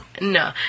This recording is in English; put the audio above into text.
No